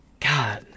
God